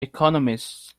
economists